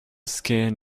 skin